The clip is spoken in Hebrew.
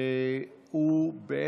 בבקשה.